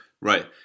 Right